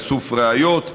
איסוף ראיות,